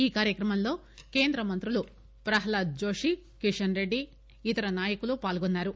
ఈకార్యక్రమంలో కేంద్రమంత్రులు ప్రహ్లాద్ జోషి కిషన్ రెడ్డి ఇతర నాయకులు పాల్గొన్నారు